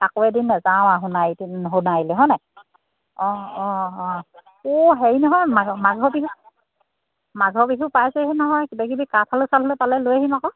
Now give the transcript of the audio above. আকৈ এদিন নাযাওঁ আৰু সোণাৰিতে সোণাৰিলৈ হয়নে অঁ অঁ অঁ এই হেৰি নহয় মাঘ মাঘৰ বিহু মাঘৰ বিহু পাইছেহি নহয় কিবা কিবি কাঠ আলু চাঠ আলু পালে লৈ আহিম আকৌ